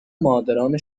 مادران